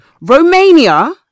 Romania